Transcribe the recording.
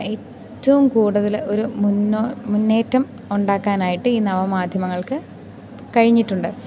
ഏറ്റവും കൂടുതൽ ഒരു മുന്നോ മുന്നേറ്റം ഉണ്ടാക്കാനായിട്ട് ഈ നവമാധ്യമങ്ങൾക്കു കഴിഞ്ഞിട്ടുണ്ട്